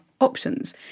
options